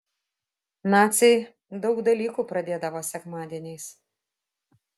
naciai daug dalykų pradėdavo sekmadieniais